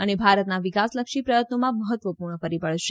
અને ભારતના વિકાસલક્ષી પ્રયત્નોમાં મહત્વપૂર્ણ પરિબળ છે